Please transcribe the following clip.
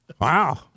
Wow